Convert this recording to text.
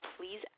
please